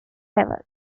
level